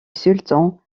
sultan